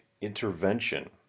intervention